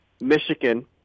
Michigan